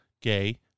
gay